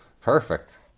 Perfect